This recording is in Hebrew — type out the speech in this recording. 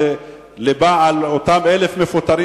שלבה על אותם 1,000 מפוטרים,